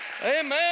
Amen